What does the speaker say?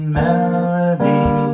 melody